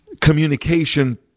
communication